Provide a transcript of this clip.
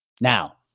Now